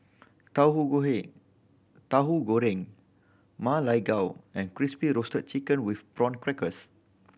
tahu Tahu Goreng Ma Lai Gao and Crispy Roasted Chicken with Prawn Crackers